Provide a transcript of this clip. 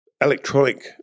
electronic